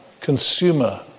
consumer